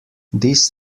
this